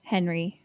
Henry